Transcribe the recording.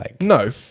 No